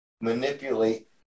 manipulate